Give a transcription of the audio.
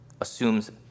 assumes